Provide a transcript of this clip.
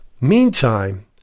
Meantime